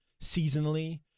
seasonally